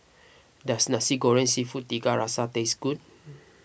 does Nasi Goreng Seafood Tiga Rasa taste good